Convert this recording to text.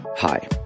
Hi